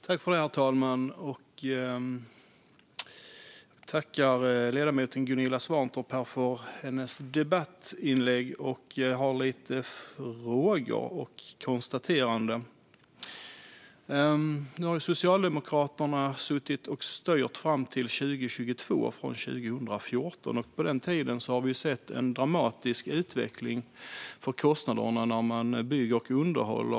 Herr talman! Jag tackar ledamoten Gunilla Svantorp för hennes debattinlägg. Jag vill ställa några frågor och göra några konstateranden. Socialdemokraterna har styrt från 2014 till 2022. Under den tiden har vi sett en dramatisk utveckling när det gäller kostnaderna för byggande och underhåll.